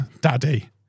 Daddy